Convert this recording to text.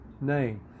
name